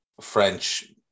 French